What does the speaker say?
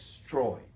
destroyed